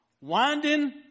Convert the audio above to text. winding